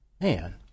man